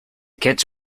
kids